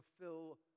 fulfill